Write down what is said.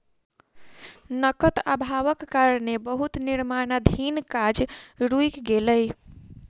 नकद अभावक कारणें बहुत निर्माणाधीन काज रुइक गेलै